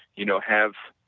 you know, have